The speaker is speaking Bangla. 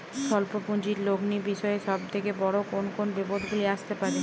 স্বল্প পুঁজির লগ্নি বিষয়ে সব থেকে বড় কোন কোন বিপদগুলি আসতে পারে?